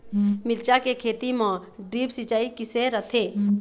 मिरचा के खेती म ड्रिप सिचाई किसे रथे?